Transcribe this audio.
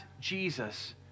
Jesus